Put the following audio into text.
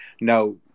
no